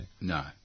No